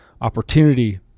opportunity